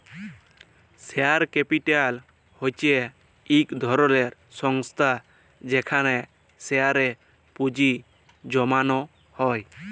share capital হছে ইক ধরলের সংস্থা যেখালে শেয়ারে পুঁজি জ্যমালো হ্যয়